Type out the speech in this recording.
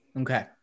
Okay